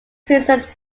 princess